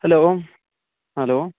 hello hello